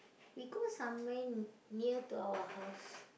we go somewhere n~ near to our house